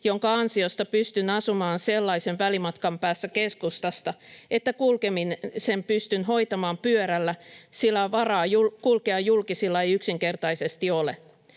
jonka ansiosta pystyn asumaan sellaisen välimatkan päässä keskustasta, että kulkemisen pystyn hoitamaan pyörällä, sillä varaa kulkea julkisilla ei yksinkertaisesti ole.